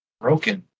broken